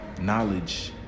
knowledge